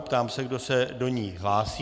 Ptám se, kdo se do ní hlásí.